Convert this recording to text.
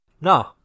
No